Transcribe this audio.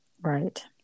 Right